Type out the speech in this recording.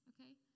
okay